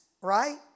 right